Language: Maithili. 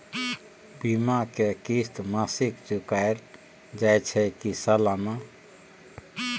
बीमा के किस्त मासिक चुकायल जाए छै की सालाना?